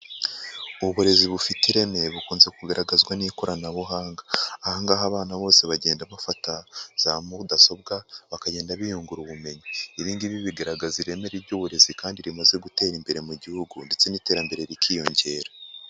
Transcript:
uUurezi bufite ireme bukunze kugaragazwa n'ikoranabuhanga. Ahangaha abana bose bagenda bafata za mu mudasobwa bakagenda biyungura ubumenyi. Ibingibi bigaragaza ireme ry'uburezi kandi rimaze gutera imbere mu gihugu ndetse n'iterambere rikiyongera.